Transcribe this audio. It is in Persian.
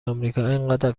امریکااینقدر